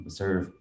serve